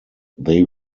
they